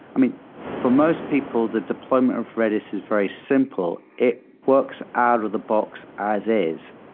i mean for most people, the deployment of redis is very simple. it works out of the box as is.